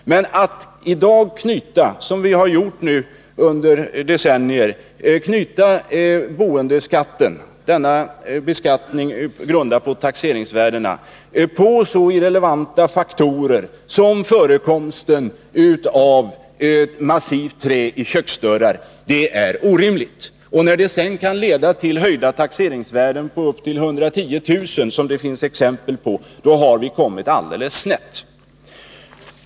Men det är orimligt att — som vi har gjort nu under decennier — knyta boendeskatten, som är grundad på taxeringsvärdena, till så irrelevanta faktorer som förekomsten av massivt träiköksdörrar. Och när det sedan kan leda till höjning av taxeringsvärdet på upp till 110 000 kr., som det finns exempel på, då har vi kommit alldeles snett.